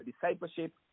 discipleship